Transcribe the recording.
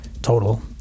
total